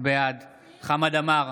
בעד חמד עמאר,